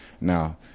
Now